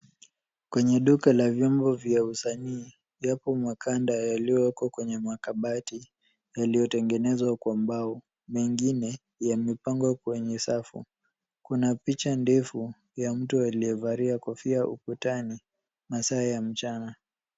Kwenye duka la vyombo za usanii, yapo makanda yaliyowekwa kwenye makabati yaliyotengenezwa kwa mbao, na mengine yamepangwa kwenye safu. Kuna picha ndefu ya mtu aliyevalia kofia ukutani, masaa ya mchana.